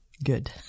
Good